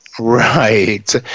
Right